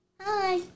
Hi